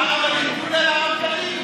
למה הדברים האלה חשובים,